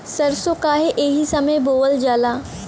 सरसो काहे एही समय बोवल जाला?